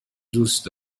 دوست